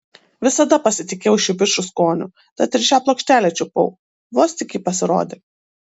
visada pasitikėjau šių bičų skoniu tad ir šią plokštelę čiupau vos tik ji pasirodė